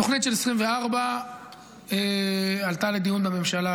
התוכנית של 2024 עלתה לדיון בממשלה,